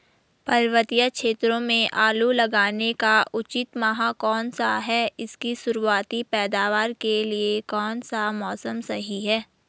पर्वतीय क्षेत्रों में आलू लगाने का उचित माह कौन सा है इसकी शुरुआती पैदावार के लिए कौन सा मौसम सही है?